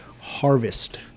harvest